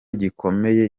gikomeye